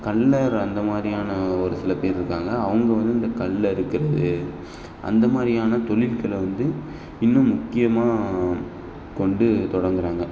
கள்ளர் அந்த மாதிரியான ஒரு சில பேர் இருக்காங்க அவங்க வந்து இந்த கல் அறுக்கிறது அந்த மாதிரியான தொழில்களை வந்து இன்னும் முக்கியமாக கொண்டு தொடங்குகிறாங்க